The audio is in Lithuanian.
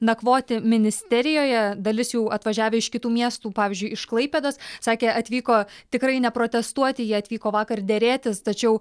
nakvoti ministerijoje dalis jų atvažiavę iš kitų miestų pavyzdžiui iš klaipėdos sakė atvyko tikrai ne protestuoti jie atvyko vakar derėtis tačiau